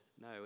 No